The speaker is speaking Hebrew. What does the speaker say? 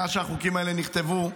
מאז שהחוקים הללו נכתבו,